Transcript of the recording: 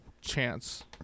chance